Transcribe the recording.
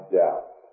doubt